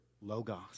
logos